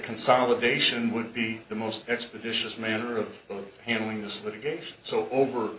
consolidation would be the most expeditious manner of handling this litigation so over